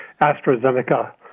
AstraZeneca